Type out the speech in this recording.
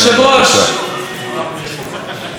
אני רוצה להתעסק בדברים שעליהם דיבר מאיר כהן.